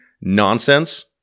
nonsense